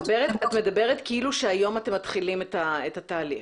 את מדברת כאילו היום אתם מתחילים את התהליך.